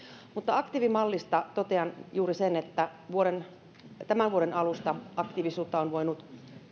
aktiivimallista totean juuri sen että tämän vuoden alusta aktiivisuutta on voinut